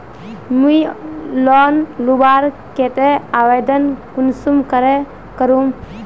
मुई लोन लुबार केते आवेदन कुंसम करे करूम?